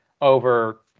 over